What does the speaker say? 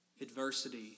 adversity